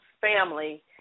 family